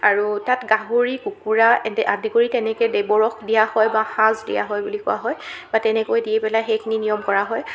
আৰু তাত গাহৰি কুকুৰা এদ আদি কৰি তেনেকৈ দেৱৰস দিয়া হয় বা সাঁজ দিয়া হয় বুলি হোৱা হয় বা তেনেকৈ দি পেলাই সেইখিনি নিয়ম কৰা হয়